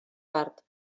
part